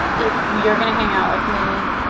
if you're gonna hang out with me,